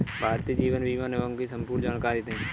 भारतीय जीवन बीमा निगम की संपूर्ण जानकारी दें?